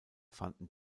fanden